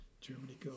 Germany